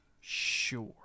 Sure